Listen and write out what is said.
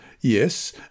Yes